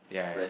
yeah yeah yeah